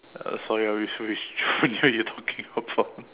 uh sorry which which junior you talking about